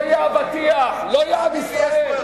לא יהיה אבטיח, לא יהיה עם ישראל.